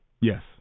Yes